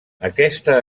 aquesta